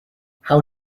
how